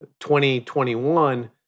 2021